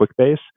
QuickBase